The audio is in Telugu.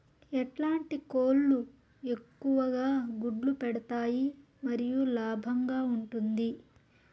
ఎట్లాంటి కోళ్ళు ఎక్కువగా గుడ్లు పెడతాయి మరియు లాభంగా ఉంటుంది?